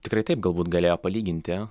tikrai taip galbūt galėjo palyginti